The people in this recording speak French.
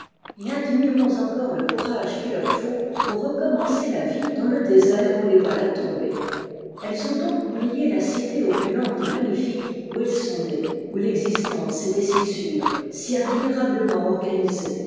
et admirons encore le courage qu'il leur faut pour recommencer la vie dans le désert où les voilà tombées elles ont donc oublié la cité opulente et magnifique où elles sont nées où r istence était si sûre si admirablement organ